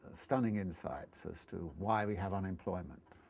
stunning insights, as to why we have unemployment,